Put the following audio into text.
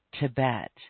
Tibet